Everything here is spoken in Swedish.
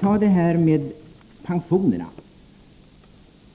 Tag det här med pensionerna.